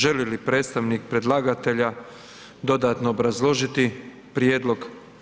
Želi li predstavnik predlagatelja dodatno obrazložiti prijedlog?